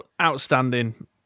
Outstanding